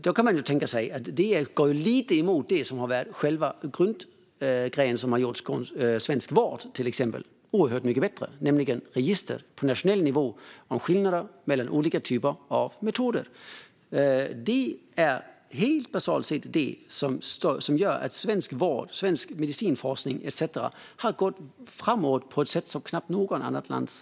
Då kan man tänka sig att det går lite emot det som har varit själva grunden när det gäller att göra till exempel svensk vård oerhört mycket bättre, nämligen register på nationell nivå om skillnader mellan olika typer av metoder. Det är det som gör att svensk vård och svensk medicinsk forskning etcetera har gått framåt på ett sätt som det knappast gjort i något annat land.